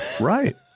Right